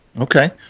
Okay